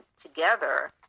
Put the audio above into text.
together